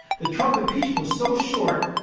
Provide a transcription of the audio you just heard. the trump impeachment was so short,